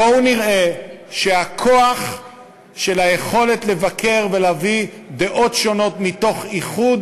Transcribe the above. בואו נראה שהכוח של היכולת לבקר ולהביא דעות שונות מתוך איחוד